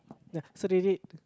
yeah so they did